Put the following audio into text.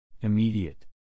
Immediate